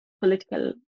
political